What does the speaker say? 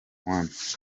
one